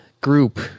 group